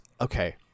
Okay